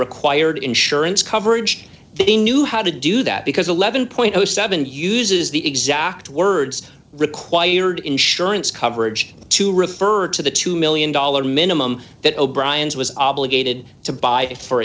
required insurance coverage they knew how to do that because eleven dollars uses the exact words required insurance coverage to refer to the two million dollars minimum that o'briens was obligated to buy for